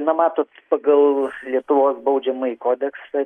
na matot pagal lietuvos baudžiamąjį kodeksą